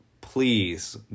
please